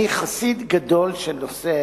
אני חסיד גדול של נושא